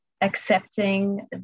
accepting